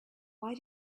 why